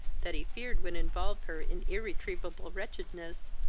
that he feared would involve her in irretrievable wretchedness,